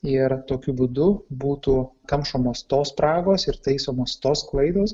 ir tokiu būdu būtų kamšomos tos spragos ir taisomos tos klaidos